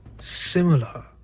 similar